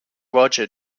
roger